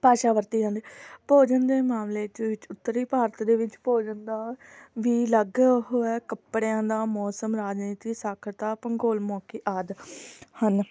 ਭਾਸ਼ਾ ਵਰਤੀ ਜਾਂਦੀ ਭੋਜਨ ਦੇ ਮਾਮਲੇ ਦੇ ਵਿੱਚ ਉੱਤਰੀ ਭਾਰਤ ਦੇ ਵਿੱਚ ਭੋਜਨ ਦਾ ਵੀ ਅਲੱਗ ਉਹ ਹੈ ਕੱਪੜਿਆਂ ਦਾ ਮੌਸਮ ਰਾਜਨੀਤੀ ਸਾਖਰਤਾ ਭੂਗੋਲ ਮੌਕੇ ਆਦਿ ਹਨ